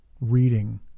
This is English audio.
reading